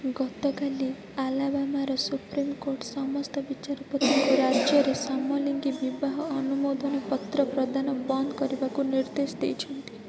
ଗତକାଲି ଆଲାବାମାର ସୁପ୍ରିମକୋର୍ଟ୍ ସମସ୍ତ ବିଚାରପତିଙ୍କୁ ରାଜ୍ୟରେ ସମଲିଙ୍ଗୀ ବିବାହ ଅନୁମୋଦନ ପତ୍ର ପ୍ରଦାନ ବନ୍ଦ କରିବାକୁ ନିର୍ଦ୍ଦେଶ ଦେଇଛନ୍ତି